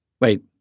Wait